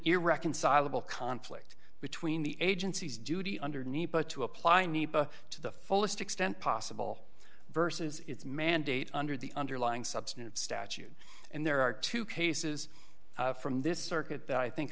irreconcilable conflict between the agency's duty under need to apply to the fullest extent possible versus its mandate under the underlying substantive statute and there are two cases from this circuit that i think